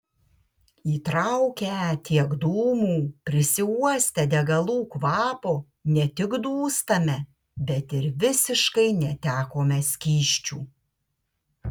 įtraukę tiek dūmų prisiuostę degalų kvapo ne tik dūstame bet ir visiškai netekome skysčių